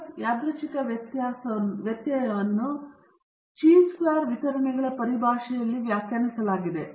F ಯಾದೃಚ್ಛಿಕ ವ್ಯತ್ಯಯವನ್ನು chi ಚೌಕ ವಿತರಣೆಗಳ ಪರಿಭಾಷೆಯಲ್ಲಿ ವ್ಯಾಖ್ಯಾನಿಸಲಾಗಿದೆ